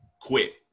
Quit